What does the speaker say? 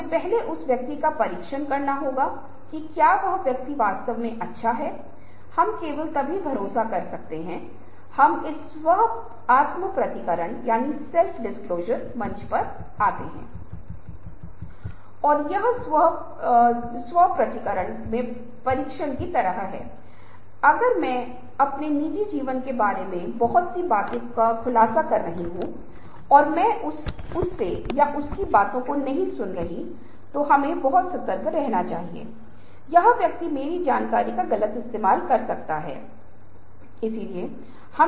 हम एक ऐसी संस्कृति में रहते हैं जहाँ लगभग हर चीज़ की हम कल्पना करते हैं सभी चिकित्सा उपकरण विभिन्न प्रकार की चीज़ों का उपयोग करते हैं जैसे कि अल्ट्रासाउंड और अन्य प्रकार की प्रौद्योगिकियाँ ताकि आप अंत में देख सकें किसी प्रकार का ग्राफ या एक चित्र बेन ब्रेन स्कैनिंग विधि ऐसा करता और ईजेस्ट या ईसीजी माप दर्ज करें विभिन्न आवेग चाहे वे कंपन हों या विद्युत आवेग हों जैसा कि मैंने पहले ही आपको स्क्रीन पर दिखाया है